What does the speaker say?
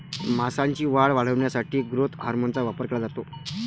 मांसाची वाढ वाढवण्यासाठी ग्रोथ हार्मोनचा वापर केला जातो